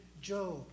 Job